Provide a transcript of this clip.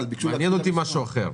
מעניין אותי משהו אחר.